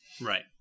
right